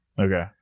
Okay